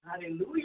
Hallelujah